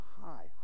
high